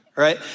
Right